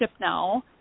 now